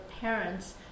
parents